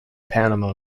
panama